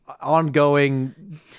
ongoing